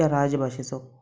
ह्या राजभाशेचो